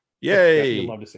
yay